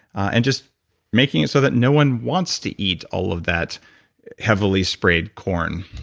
and just making it so that no one wants to eat all of that heavily sprayed corn.